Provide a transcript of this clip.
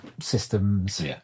systems